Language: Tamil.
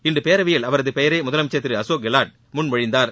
இன்று பேரவையில் அவரது பெயரை முதலமைச்சர் திரு அசோக் கெலாட் முன்மொழிந்தார்